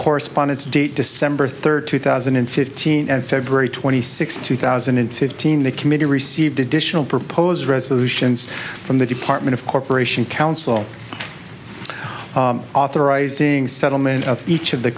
correspondence date december third two thousand and fifteen and february twenty sixth two thousand and fifteen the committee received additional proposed resolutions from the department of corporation counsel authorizing settlement of each of the